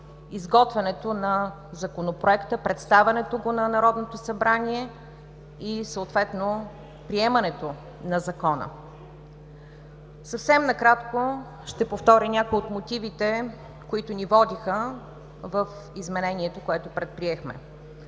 изготвянето на Законопроекта, представянето му на Народното събрание и съответно приемането на Закона. Съвсем накратко ще повторя някои от мотивите, които ни водиха в изменението, което предприехме.